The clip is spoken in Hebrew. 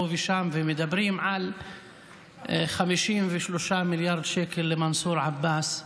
ופה ושם הם מדברים על 53 מיליארד שקל למנסור עבאס,